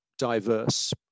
diverse